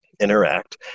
interact